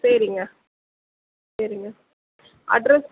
சரிங்க சரிங்க அட்ரஸ்